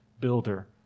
builder